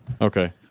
Okay